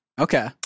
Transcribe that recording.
Okay